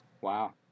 Wow